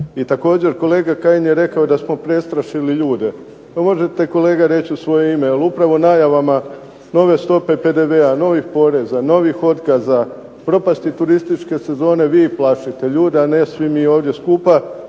I također kolega Kajin je rekao da smo prestrašili ljude. To možete kolega reći u svoje ime jer upravo najavama nove stope PDV-a, novih poreza, novih otkaza, propasti turističke sezone vi plašite ljude, a ne svi mi ovdje skupa.